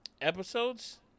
Episodes